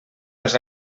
els